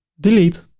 delete.